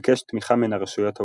וביקש תמיכה מן הרשויות העות'מאניות.